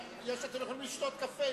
אתם יכולים לשתות קפה,